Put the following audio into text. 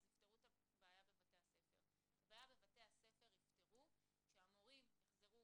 אז יפתרו את הבעיה בבתי הספר יפתרו כשהמורים יחזרו